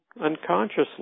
unconsciously